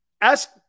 ask